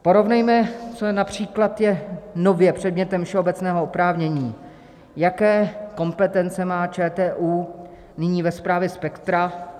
Porovnejme, co je například nově předmětem všeobecného oprávnění, jaké kompetence má ČTÚ, nyní ve správě spektra.